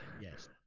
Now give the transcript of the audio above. Yes